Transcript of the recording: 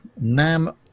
NAM